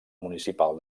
municipal